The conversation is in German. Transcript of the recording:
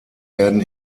werden